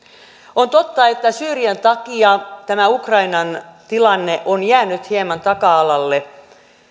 on totta että syyrian takia tämä ukrainan tilanne on jäänyt hieman taka alalle